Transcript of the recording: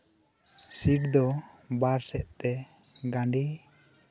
seat ᱫᱚ ᱵᱟᱨ ᱥᱮᱫ ᱛᱮ ᱜᱟᱸᱰᱮ